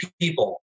people